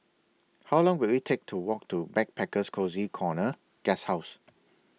How Long Will IT Take to Walk to Backpackers Cozy Corner Guesthouse